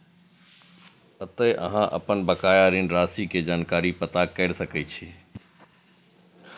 एतय अहां अपन बकाया ऋण राशि के जानकारी पता कैर सकै छी